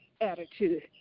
attitude